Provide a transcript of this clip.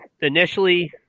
Initially